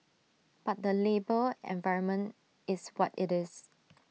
but the labour environment is what IT is